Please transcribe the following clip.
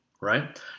right